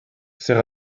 c’est